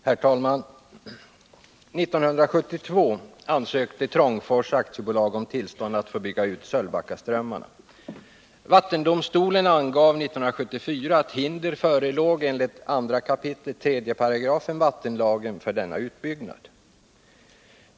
Herr talman! 1972 ansökte Trångfors AB om tillstånd att bygga ut Sölvbackaströmmarna. Vattendomstolen angav 1974 att hinder förelåg enligt 2 kap. 3§ vattenlagen för denna utbyggnad.